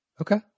Okay